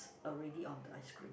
already on the ice cream